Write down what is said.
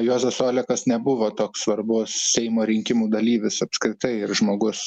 juozas olekas nebuvo toks svarbus seimo rinkimų dalyvis apskritai ir žmogus